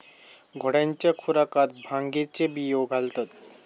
घोड्यांच्या खुराकात भांगेचे बियो घालतत